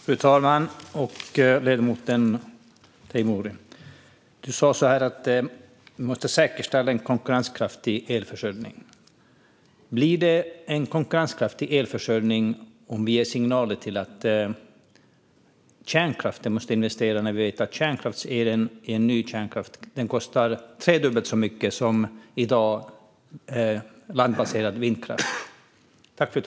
Fru talman! Ledamoten Teimouri! Du sa att vi måste säkerställa en konkurrenskraftig elförsörjning. Blir det en konkurrenskraftig elförsörjning om vi ger signaler om att man måste investera i kärnkraft, när vi vet att kärnkraftselen i ny kärnkraft kostar tre gånger så mycket som landbaserad vindkraft?